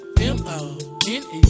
M-O-N-E